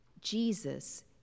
Jesus